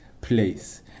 place